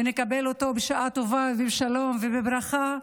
ונקבל אותו, בשעה טובה, בשלום ובברכה,